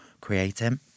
creating